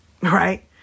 right